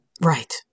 Right